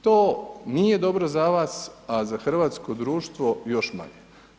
To nije dobro za vas, a za hrvatsko društvo još manje.